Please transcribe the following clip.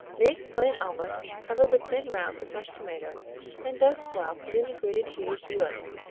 make plain omelet, cover with thin rounds of fresh tomato and dust well with any grated cheese you like.